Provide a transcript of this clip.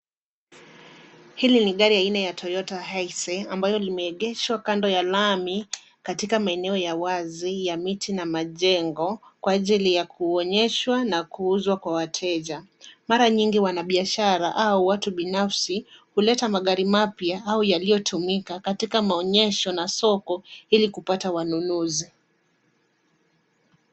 Hili ni gari ya aina ya Toyota HiAce ambayo limeegeshwa kando ya lami katika maeneo ya wazi ya miti na majengo kwa ajili ya kuonyeshwa na kuuzwa kwa wateja. Mara nyingi wanabiashara au watu binafsi huleta magari mapya au yaliyotumika katika maonyesho na soko ili kupata wanunuzi.